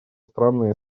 странная